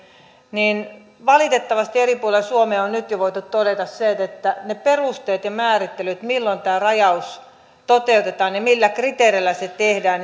niin valitettavasti eri puolilla suomea on nyt jo voitu todeta se että ne perusteet ja määrittelyt milloin tämä rajaus toteutetaan ja millä kriteereillä se tehdään